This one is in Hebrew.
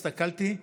הסתכלתי,